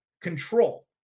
control